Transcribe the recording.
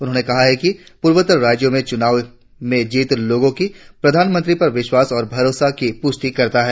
उन्होंने कहा है कि पूर्वोत्तर राज्यों में चुनावों में जीत लोगों की प्रधानमंत्री पर विश्वास और भरोसा की पुष्टी करता है